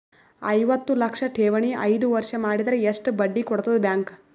ಐವತ್ತು ಲಕ್ಷ ಠೇವಣಿ ಐದು ವರ್ಷ ಮಾಡಿದರ ಎಷ್ಟ ಬಡ್ಡಿ ಕೊಡತದ ಬ್ಯಾಂಕ್?